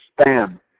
spam